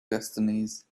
destinies